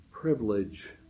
Privilege